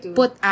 put